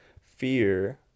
fear